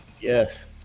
Yes